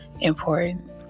important